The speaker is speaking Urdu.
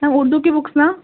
اردو کی بکس نا